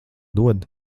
dod